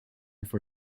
for